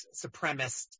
supremacist